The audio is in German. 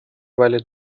weile